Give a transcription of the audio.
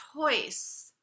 choice